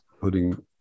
putting